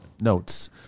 notes